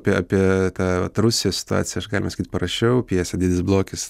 apie apie tą vat rusijos sitaciją aš galima sakyt parašiau pjesę didis blogis